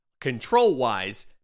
control-wise